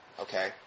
okay